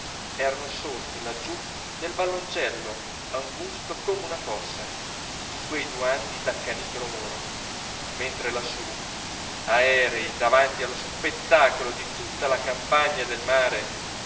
erano sorti laggiù nel valloncello angusto come una fossa in quei due anni d'accanito lavoro mentre lassù aerei davanti allo spettacolo di tutta la campagna e del mare